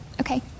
Okay